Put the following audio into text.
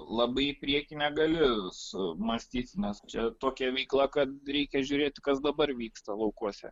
labai į priekį negali su mąstyt nes čia tokia veikla kad reikia žiūrėt kas dabar vyksta laukuose